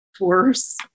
worse